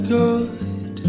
good